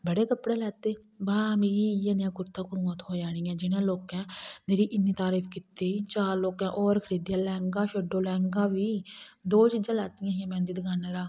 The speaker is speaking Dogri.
बड़े कपड़े लैते बा मिगी इयै जेहा कुर्ता कुदुआं थ्होआ नेईं हा लोकें मेरी इन्नी तारीफ कीती चार लोकें होर मिलयै लैंहगा छड्डो लैंहगा बी दो चीजां लैतियां हियां में इंदी दकाना उप्परा